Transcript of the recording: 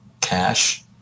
cash